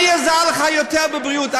מי עזר לך יותר בבריאות,